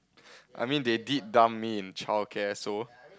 I mean they did dump me in childcare so